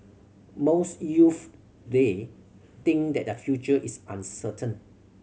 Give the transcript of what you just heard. most youths day think that their future is uncertain